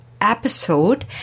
episode